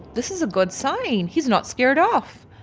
this is a good sign. he's not scared off.